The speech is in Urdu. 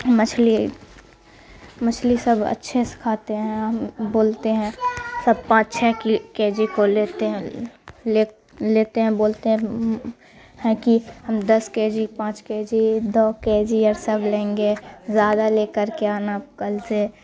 مچھلی مچھلی سب اچھے سے کھاتے ہیں ہم بولتے ہیں سب پانچ چھ کے جی کو لیتے ہیں لیتے ہیں بولتے ہیں ہیں کہ ہم دس کے جی پانچ کے جی دو کے جی اور سب لیں گے زیادہ لے کر کے آنا کل سے